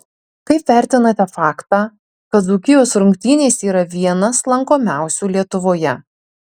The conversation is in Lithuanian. kaip vertinate faktą kad dzūkijos rungtynės yra vienas lankomiausių lietuvoje